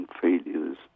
failures